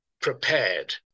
prepared